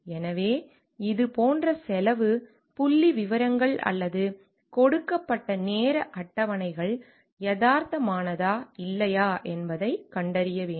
எனவே இது போன்ற செலவு புள்ளிவிவரங்கள் அல்லது கொடுக்கப்பட்ட நேர அட்டவணைகள் யதார்த்தமானதா இல்லையா என்பதைக் கண்டறிய வேண்டும்